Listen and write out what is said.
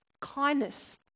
kindness